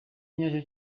kenya